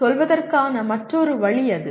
அதையே சொல்வதற்கான மற்றொரு வழி அது